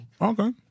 Okay